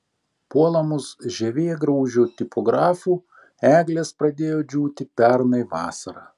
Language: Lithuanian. puolamos žievėgraužių tipografų eglės pradėjo džiūti pernai vasarą